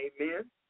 Amen